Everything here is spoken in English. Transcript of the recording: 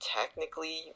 technically